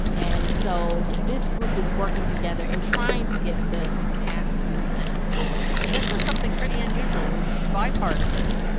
and so this group is working together in trying to get this passed through the senate and this was something pretty unusual. it was bipartisan.